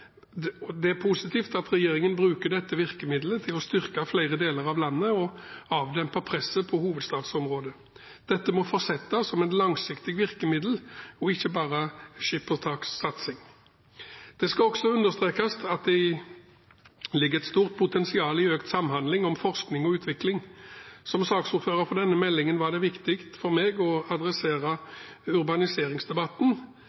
og det er positivt at regjeringen bruker dette virkemidlet til å styrke flere deler av landet og avdempe presset på hovedstadsområdet. Dette må fortsette som et langsiktig virkemiddel og ikke bare som skippertakssatsing. Det skal også understrekes at det ligger et stort potensial i økt samhandling om forskning og utvikling. Som saksordfører for denne meldingen var det viktig for meg å